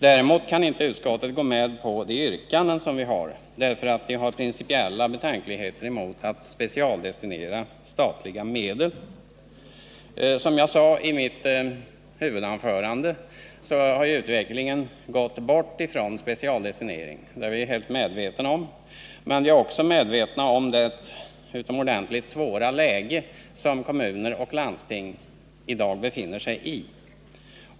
Däremot kan utskottet inte gå med på våra yrkanden, därför att det hyser principiella betänkligheter mot specialdestinering av statliga medel. Som jag sade i mitt huvudanförande har utvecklingen inneburit allt mindre inslag av specialdestinering. Vi är helt medvetna om detta, men vi är också medvetna om det utomordentligt svåra läge som kommuner och landsting i dag befinner sig i.